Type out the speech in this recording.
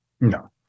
No